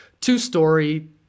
two-story